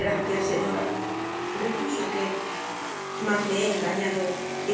gracias señora repuso aquél mas me he engañado